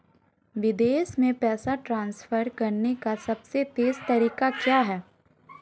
विदेश में पैसा ट्रांसफर करने का सबसे तेज़ तरीका क्या है?